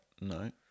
No